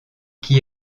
qui